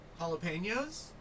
jalapenos